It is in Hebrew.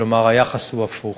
כלומר היחס הוא הפוך.